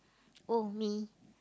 oh me